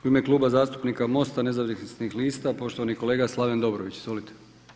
U ime Kluba zastupnika MOST-a nezavisnih lista, poštovani kolega Slaven Dobrović, izvolite.